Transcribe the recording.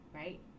right